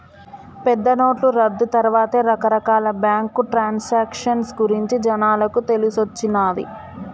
పెద్దనోట్ల రద్దు తర్వాతే రకరకాల బ్యేంకు ట్రాన్సాక్షన్ గురించి జనాలకు తెలిసొచ్చిన్నాది